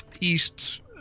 east